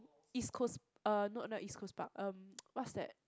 East Coast uh no not East-Coast-Park um what's that